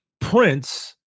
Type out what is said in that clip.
prince